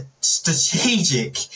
strategic